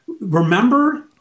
remember